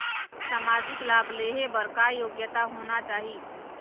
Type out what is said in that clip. सामाजिक लाभ लेहे बर का योग्यता होना चाही?